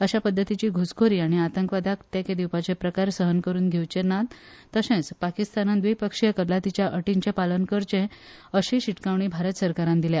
अशा पद्धतीची घुसखोरी आनी आतंकवादाक तेके दिवपाचे प्रकार सहन करून घेवचे नात तशेंच पाकिस्तानान द्विपक्षीय कबलातीच्या अर्टीचे पालन करचे अशीय शीटकावणी भारत सरकारान दिल्या